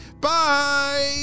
Bye